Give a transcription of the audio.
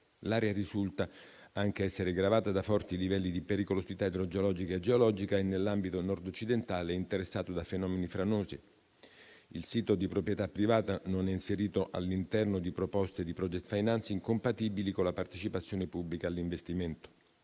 che risulta anche gravata da forti livelli di pericolosità idrogeologica e geologica e, nell'ambito nord-occidentale, interessata da fenomeni franosi. Il sito di proprietà privata non è inserito all'interno di proposte di *project financing* compatibili con la partecipazione pubblica all'investimento.